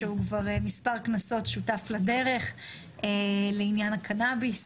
שהוא כבר מספר כנסות שותף לדרך לעניין הקנאביס,